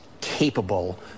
capable